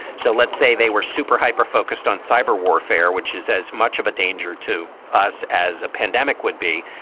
so let's say they were super hyper focused on cyber warfare, which is as much of a danger to us as a pandemic would be.